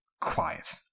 Quiet